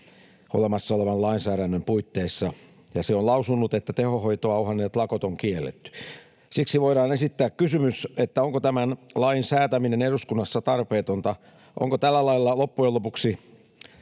olemassa olevan lainsäädännön puitteissa, ja se on lausunut, että tehohoitoa uhanneet lakot on kielletty. Siksi voidaan esittää kysymys, onko tämän lain säätäminen eduskunnassa tarpeetonta, onko tällä lailla loppujen lopuksi